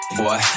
boy